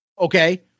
Okay